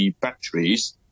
batteries